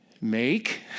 make